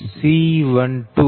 C120